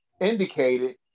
indicated